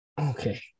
okay